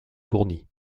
fournis